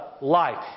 life